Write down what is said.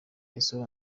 isura